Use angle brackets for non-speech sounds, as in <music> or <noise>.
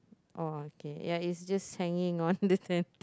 oh okay ya it's just hanging on the <laughs>